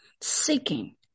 seeking